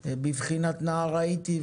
אציין,